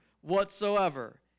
whatsoever